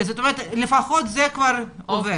לפחות זה כבר עובר.